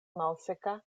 malseka